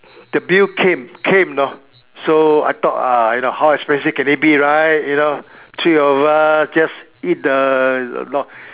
the bill came came you know so I thought ah how expensive can it be right you know three of us just eat the you know